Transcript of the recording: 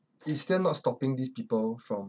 it's still not stopping these people from